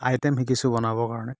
item শিকিছোঁ বনাবৰ কাৰণে